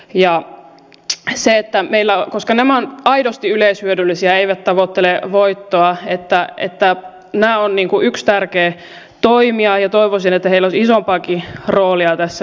ja se se että meillä koska nämä ovat aidosti yleishyödyllisiä eivät tavoittele voittoa nämä ovat yksi tärkeä toimija ja toivoisin että näillä olisi isompaakin roolia tässä meidän asuntopolitiikassamme